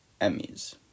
Emmys